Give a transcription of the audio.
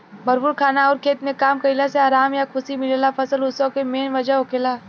भरपूर खाना अउर खेत में काम कईला से आराम आ खुशी मिलेला फसल उत्सव के मेन वजह होखेला